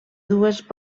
dues